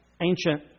ancient